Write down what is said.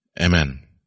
Amen